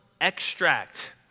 extract